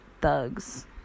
thugs